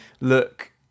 look